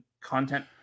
content